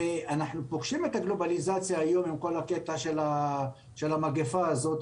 אנחנו פוגשים את הגלובליזציה היום עם כל הקטע של המגפה הזאת,